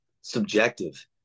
subjective